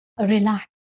relax